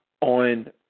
on